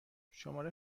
شماره